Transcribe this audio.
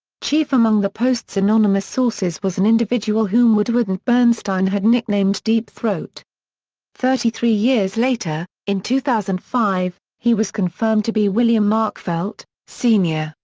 chief among the post's anonymous sources was an individual whom woodward and bernstein had nicknamed deep throat thirty three years later, in two thousand and five, he was confirmed to be william mark felt, sr,